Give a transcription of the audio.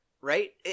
right